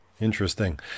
Interesting